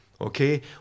Okay